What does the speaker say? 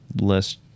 less